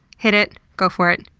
hit it. go for it.